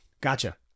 gotcha